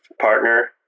partner